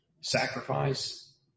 sacrifice